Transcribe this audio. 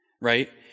Right